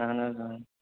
اہن حظ آ